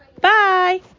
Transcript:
Bye